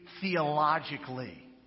theologically